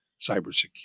cybersecurity